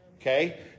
Okay